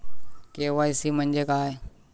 KYC म्हणजे काय?